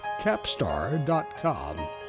Capstar.com